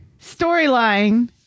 storyline